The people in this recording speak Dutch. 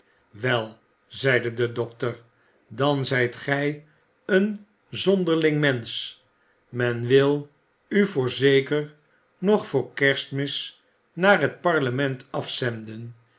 wel zeide de dokter dan zijt gij een zonderling mensch men wil u voorzeker nog voor kerstmis naar het parlement afzenden